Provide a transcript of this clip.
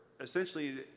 essentially